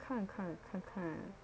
看看看看